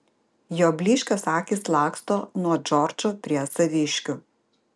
jo blyškios akys laksto nuo džordžo prie saviškių